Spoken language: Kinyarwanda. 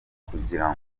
kugira